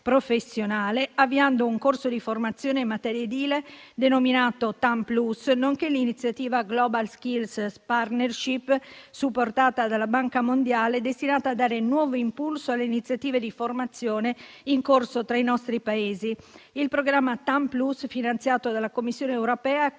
professionale, avviando un corso di formazione in materia edile denominato Thamm Plus, nonché l'iniziativa Global Skills Partnerships, supportata dalla Banca mondiale, destinata a dare nuovo impulso alle iniziative di formazione in corso tra i nostri Paesi. Il programma Thamm Plus, finanziato dalla Commissione europea e